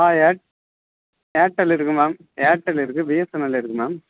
ஆ air Airtel இருக்குது ma'am Airtel இருக்குது BSNL இருக்குது மேம்